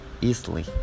easily